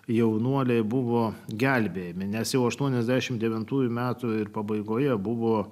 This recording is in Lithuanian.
jaunuoliai buvo gelbėjami nes jau aštuoniasdešim devintųjų metų pabaigoje buvo